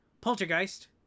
Poltergeist